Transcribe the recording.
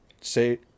Say